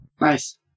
Nice